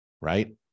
right